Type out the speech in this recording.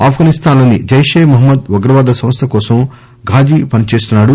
ఆఫ్గనిస్తాన్ లోని జైషీ మహమ్మద్ ఉగ్రవాద సంస్థ కోసం ఘాజీ పని చేస్తున్నాడు